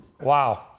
Wow